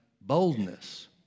boldness